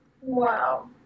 Wow